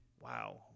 Wow